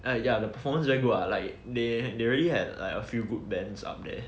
uh ya the performance very good lah like they they already had a few good bands up there